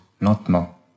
lentement